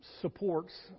supports